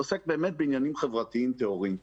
ארגון שעוסק באמת בעניינים חברתיים טהורים.